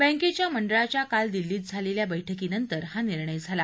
बँकेच्या मंडळाच्या काल दिल्लीत झालेल्या बैठकीनंतर हा निर्णय झाला